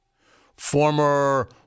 Former